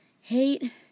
hate